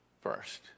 first